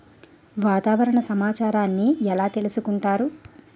వాతావరణ సమాచారాన్ని ఎలా తెలుసుకుంటారు?